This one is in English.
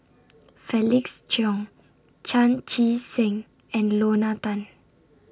Felix Cheong Chan Chee Seng and Lorna Tan